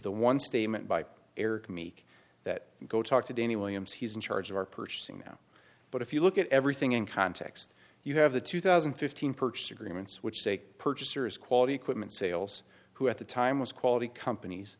the one statement by eric meek that go talk to danny williams he's in charge of our purchasing now but if you look at everything in context you have the two thousand and fifteen purchase agreements which say purchaser is quality equipment sales who at the time was quality companies